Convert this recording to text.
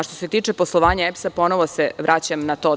Što se tiče poslovanja EPS, ponovo se vraćam na to.